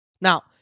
Now